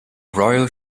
royal